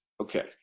Okay